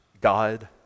God